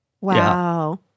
Wow